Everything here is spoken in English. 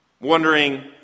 wondering